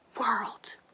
world